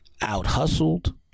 outhustled